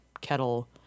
kettle